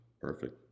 Perfect